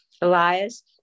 Elias